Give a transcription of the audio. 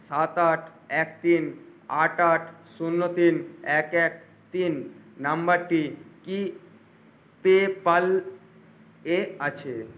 সাত আট এক তিন আট আট শূন্য তিন এক এক তিন নাম্বারটি কি পেপ্যাল এ আছে